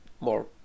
more